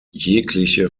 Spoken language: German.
jegliche